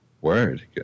word